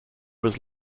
was